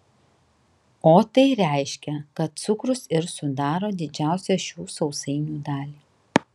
o tai reiškia kad cukrus ir sudaro didžiausią šių sausainių dalį